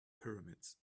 pyramids